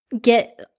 get